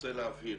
רוצה להבהיר.